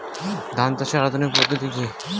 ধান চাষের আধুনিক পদ্ধতি কি?